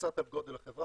קצת על גודל העבודה,